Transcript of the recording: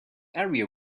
area